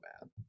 bad